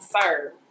serve